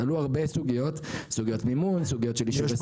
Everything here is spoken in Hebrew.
עלו הרבה סוגיות: סוגיות מימון; סוגיות של אישורי